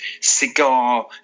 cigar